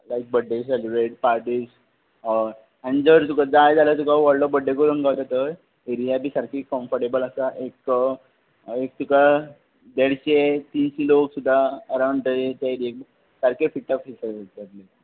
लायक birthday celebrate parties आनी जर तुका जाय जाल्यार तुका व्हडलो बड्डे करूंक गावता थंय एरया बी सारकी कंफटेबल आसा एक एक तुका देडशे तिनशी लोक सुद्दां अरावण थंय ते एरयेक सारके फिटाफी